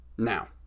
Now